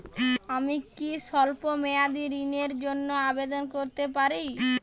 আমি কি স্বল্প মেয়াদি ঋণের জন্যে আবেদন করতে পারি?